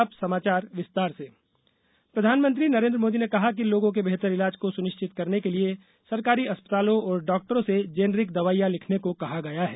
जन औषधी दिवस प्रधानमंत्री नरेन्द्र मोदी ने कहा कि लोगों के बेहतर इलाज को सुनिश्चित करने के लिए सरकारी अस्पतालों और डॉक्टरों से जेनरिक दवाइयां लिखने को कहा गया है